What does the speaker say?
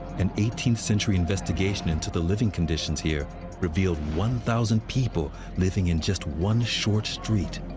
an eighteenth century investigation into the living conditions here revealed one thousand people living in just one short street.